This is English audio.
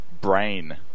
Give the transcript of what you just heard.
brain